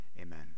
Amen